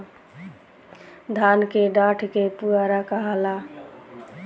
धान के डाठ के पुआरा कहाला